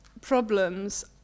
problems